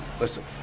Listen